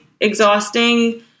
exhausting